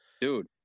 Dude